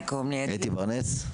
אתי בר נס?